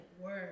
work